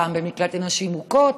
פעם במקלט לנשים מוכות,